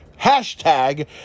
hashtag